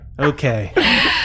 Okay